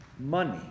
money